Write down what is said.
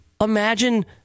imagine